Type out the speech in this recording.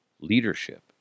leadership